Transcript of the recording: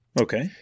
Okay